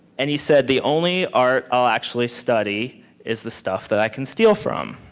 and he said, the only art i'll actually study is the stuff that i can steal from.